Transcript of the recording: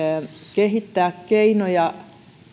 kehittää keinoja